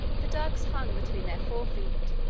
the dugs hung between their fore feet,